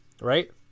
right